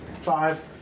Five